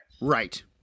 Right